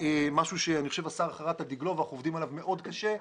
משהו שהשר חרט על דגלו ואנחנו עובדים עליו מאוד קשה,